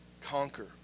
Conquer